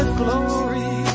glory